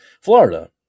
Florida